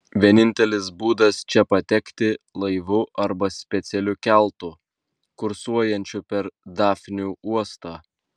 vienintelis būdas čia patekti laivu arba specialiu keltu kursuojančiu per dafnių uostą